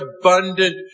abundant